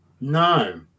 No